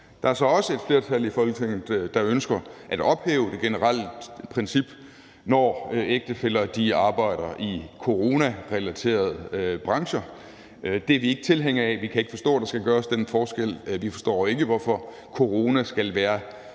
Der er så også et flertal i Folketinget, der ønsker at ophæve det generelle princip, når ægtefæller arbejder i coronarelaterede brancher. Det er vi ikke tilhængere af. Vi kan ikke forstå, at der skal gøres den forskel. Vi forstår ikke, hvorfor coronaarbejde skal være